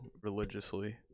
religiously